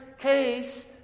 case